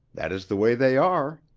that is the way they are.